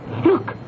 Look